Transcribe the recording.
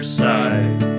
side